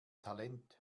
talent